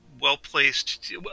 well-placed